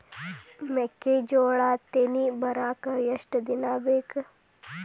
ಮೆಕ್ಕೆಜೋಳಾ ತೆನಿ ಬರಾಕ್ ಎಷ್ಟ ದಿನ ಬೇಕ್?